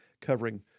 covering